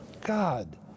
God